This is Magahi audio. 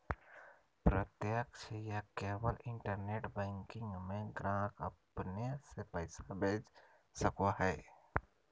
प्रत्यक्ष या केवल इंटरनेट बैंकिंग में ग्राहक अपने से पैसा भेज सको हइ